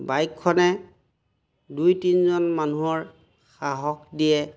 বাইকখনে দুই তিনিজন মানুহৰ সাহস দিয়ে